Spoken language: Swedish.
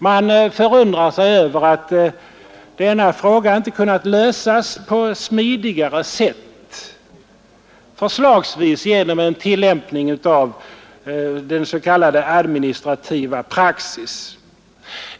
Man förundrar sig över att denna fråga inte kunnat lösas på ett smidigare sätt, förslagsvis genom en tillämpning av s.k. administrativ praxis.